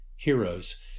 heroes